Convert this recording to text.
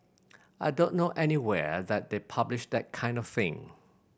I don't know anywhere that they publish that kind of thing